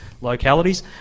localities